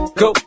go